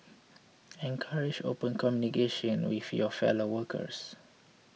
encourage open communication with your fellow workers